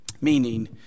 Meaning